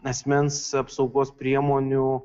asmens apsaugos priemonių